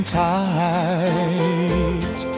tight